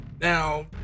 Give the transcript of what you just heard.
Now